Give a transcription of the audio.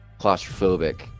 claustrophobic